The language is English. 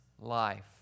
life